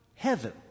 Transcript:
heaven